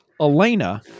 Elena